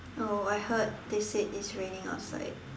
no I heard they said it's raining outside